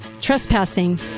trespassing